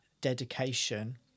dedication